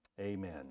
amen